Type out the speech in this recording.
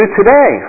today